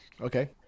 Okay